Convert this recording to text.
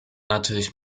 natürlich